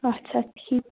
اچھا ٹھیٖک